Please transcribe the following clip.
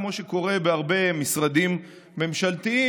כמו שקורה בהרבה משרדים ממשלתיים,